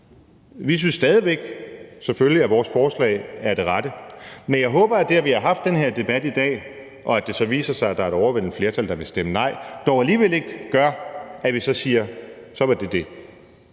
Vi synes stadig væk, selvfølgelig, at vores forslag er det rette, men jeg håber, at det, at vi har haft den her debat i dag, og at det så viser sig, at der er et overvældende flertal, der vil stemme nej, dog alligevel ikke gør, at vi så siger: Så var det det.